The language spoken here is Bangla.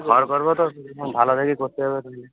ঘর করবো তো ভালো দেখে করতে হবে তাহলে